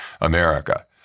America